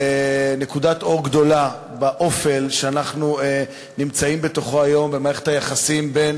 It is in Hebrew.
נקודת אור גדולה באופל שאנחנו נמצאים בתוכו היום במערכת היחסים בין